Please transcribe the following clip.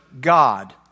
God